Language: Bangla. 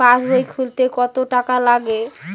পাশবই খুলতে কতো টাকা লাগে?